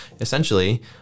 essentially